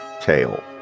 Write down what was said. tail